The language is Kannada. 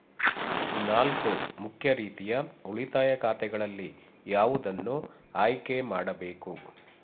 ನಾಲ್ಕು ಮುಖ್ಯ ರೀತಿಯ ಉಳಿತಾಯ ಖಾತೆಗಳಲ್ಲಿ ಯಾವುದನ್ನು ಆಯ್ಕೆ ಮಾಡಬೇಕು?